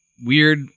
weird